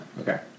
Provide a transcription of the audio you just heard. Okay